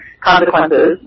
consequences